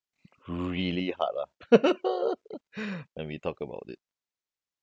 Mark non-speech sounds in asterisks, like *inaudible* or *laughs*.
really hard lah *laughs* when we talk about it